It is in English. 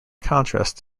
contrast